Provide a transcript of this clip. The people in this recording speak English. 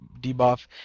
debuff